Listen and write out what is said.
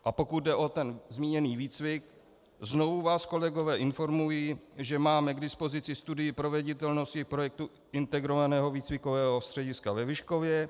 A pokud jde o zmíněný výcvik znovu vás kolegové informuji, že máme k dispozici studii proveditelnosti k projektu Integrovaného výcvikového střediska ve Vyškově.